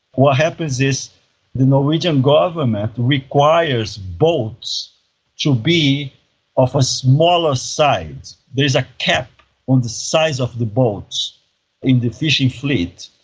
what happens is the norwegian government requires boats to be of a smaller size. there is a cap on the size of the boats in the fishing fleet.